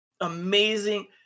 amazing